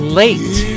late